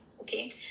okay